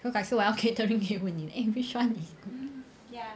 so 改次我要 catering 可以问你 which one is good